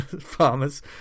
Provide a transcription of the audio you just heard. farmers